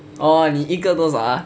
oh 你一个多少 ah